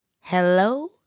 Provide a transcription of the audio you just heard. hello